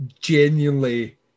genuinely